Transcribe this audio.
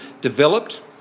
developed